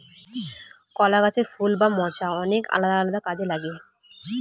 কলা গাছের ফুল বা মোচা অনেক আলাদা আলাদা কাজে লাগে